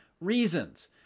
reasons